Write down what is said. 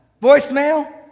Voicemail